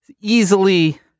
easily